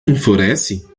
enfurece